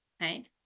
right